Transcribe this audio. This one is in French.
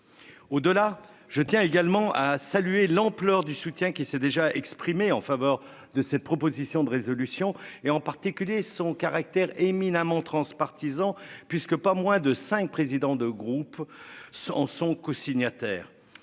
Au dollar. Je tiens également à saluer l'ampleur du soutien qui s'est déjà exprimé en faveur de cette proposition de résolution et en particulier son caractère éminemment transpartisan puisque pas moins de 5 présidents de groupe s'en sont cosignataires